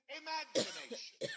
imagination